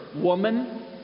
Woman